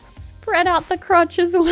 spread out the crotch as well.